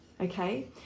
okay